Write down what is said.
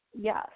yes